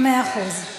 לא בזמן של הגברים.